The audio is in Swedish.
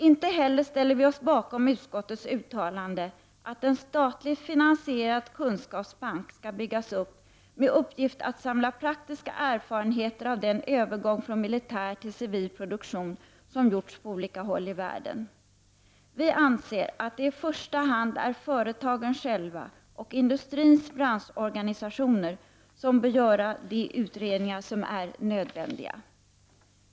Inte heller ställer vi oss bakom utskottets uttalande, att en statligt finansierad kunskapsbank skall byggas upp med uppgift att samla praktiska erfarenheter av den övergång från militär till civil produktion som gjorts på olika håll i världen. Vi anser att det i första hand är företagen själva och industrins branschorganisationer som bör göra de utredningar som är nödvändiga.